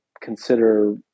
consider